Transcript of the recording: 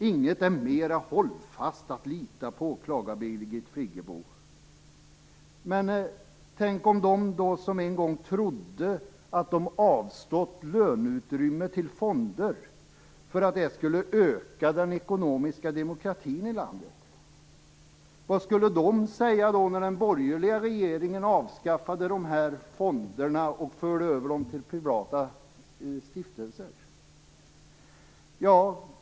Inget är mera hållfast att lita på, klagar Birgit Friggebo. Men tänk på dem som en gång trodde att de avstått löneutrymme till fonder för att det skulle öka den ekonomiska demokratin i landet. Vad skulle de säga när den borgerliga regeringen avskaffade fonderna och förde över dem till privata stiftelser?